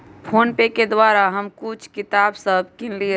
PhonePe के द्वारा हम कुछ किताप सभ किनलियइ